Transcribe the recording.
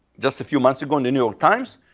just a few months ago in the new york times.